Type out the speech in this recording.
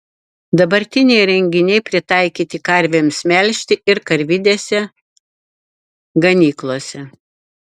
dabartiniai įrenginiai pritaikyti karvėms melžti ir karvidėse ganyklose